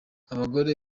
abagore